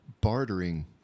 bartering